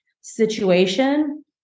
situation